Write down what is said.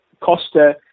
Costa